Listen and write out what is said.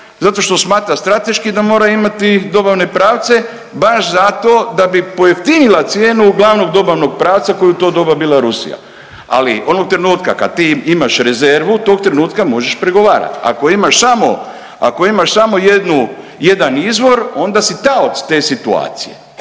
zato što smatra strateški da mora imati dobavne pravce baš zato da bi pojeftinila cijenu glavnog dobavnog pravca koji je u to doba bila Rusija. Ali onog trenutka kad ti imaš rezervu tog trenutka možeš pregovarati. Ako imaš samo jedan izvor onda si taoc te situacije,